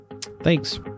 Thanks